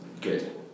good